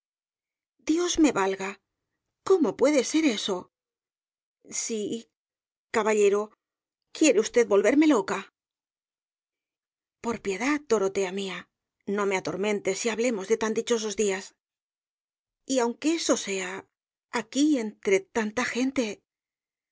dios me valga cómo puede ser eso si caballero quiere usted volverme loca por piedad dorotea mía no me atormentes y hablemos de tan dichosos días y aunque eso sea aquí entre tanta gente